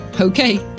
Okay